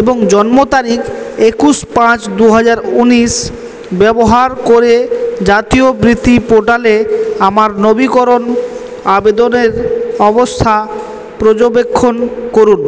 এবং জন্মতারিখ একুশ পাঁচ দুহাজার উনিশ ব্যবহার করে জাতীয় বৃত্তি পোর্টালে আমার নবীকরণ আবেদনের অবস্থা পর্যবেক্ষণ করুন